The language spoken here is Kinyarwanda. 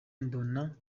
mbona